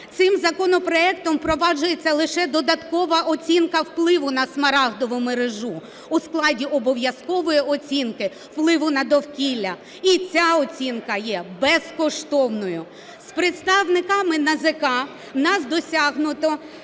Цим законопроектом впроваджується лише додаткова оцінка впливу на Смарагдову мережу у складі обов'язкової оцінки впливу на довкілля. І ця оцінка є безкоштовною. З представниками НАЗК у нас досягнуто